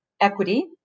equity